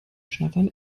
schnattern